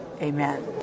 Amen